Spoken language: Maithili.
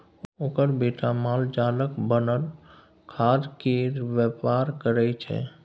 ओकर बेटा मालजालक बनल खादकेर बेपार करय छै